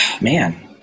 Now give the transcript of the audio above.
man